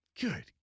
Good